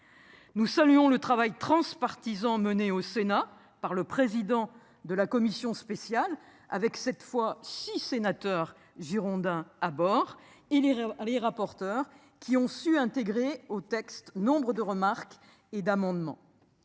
Nous saluons le travail transpartisan mené au Sénat par le président de la commission spéciale avec, cette fois-ci sénateur Girondins à bord, il y a les rapporteurs qui ont su intégrer au texte nombre de remarques et d'amendements.